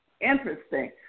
interesting